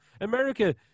America